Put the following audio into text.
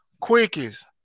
quickest